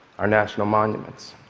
our national monuments?